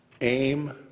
aim